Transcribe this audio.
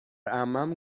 عمم